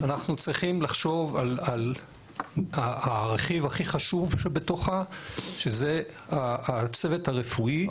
אנחנו צריכים לחשוב על הרכיב הכי חשוב שבתוכה שזה הצוות הרפואי,